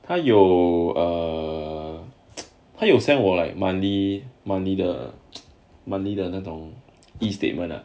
他有他有 err send 我 like monthly monthly the monthly 的那种 e-statement lah